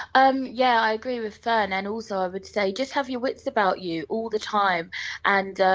um yeah i agree with fern and also, i would say just have your wits about you all the time and